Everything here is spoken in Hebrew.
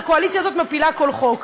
הקואליציה הזאת מפילה כל חוק.